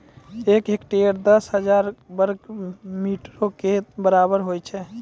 एक हेक्टेयर, दस हजार वर्ग मीटरो के बराबर होय छै